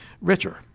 richer